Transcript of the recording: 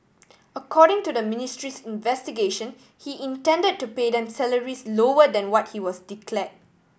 according to the ministry's investigation he intended to pay them salaries lower than what he was declare